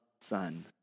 Son